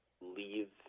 leave